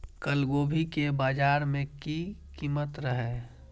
कल गोभी के बाजार में की कीमत रहे?